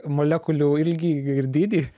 molekulių ilgį ir dydį